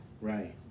Right